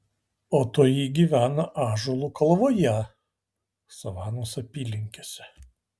o toji gyvena ąžuolų kalvoje savanos apylinkėse